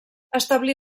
establí